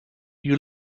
you